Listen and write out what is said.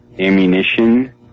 ammunition